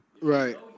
Right